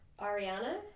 Ariana